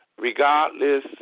regardless